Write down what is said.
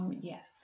Yes